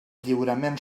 lliurament